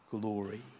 glory